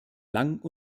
lang